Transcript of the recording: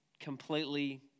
completely